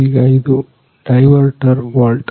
ಈಗ ಇದು diverter valve